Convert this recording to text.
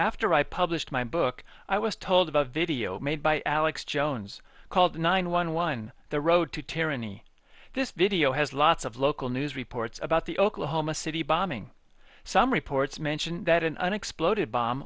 after i published my book i was told of a video made by alex jones called nine one one the road to tyranny this video has lots of local news reports about the oklahoma city bombing some reports mention that an unexploded bomb